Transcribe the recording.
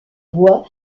bois